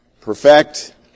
perfect